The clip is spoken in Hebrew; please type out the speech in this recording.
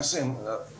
שנסגרה ב-2010,